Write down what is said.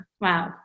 Wow